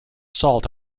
salt